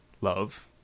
love